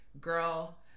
girl